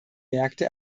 märkte